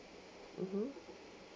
mmhmm